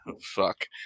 Fuck